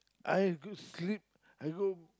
I could sleep I go